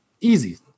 easy